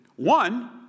One